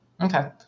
Okay